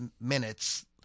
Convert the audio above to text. minutes